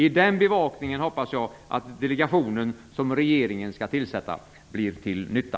I den bevakningen hoppas jag att delegationen som regeringen skall tillsätta blir till nytta.